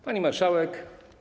Pani Marszałek!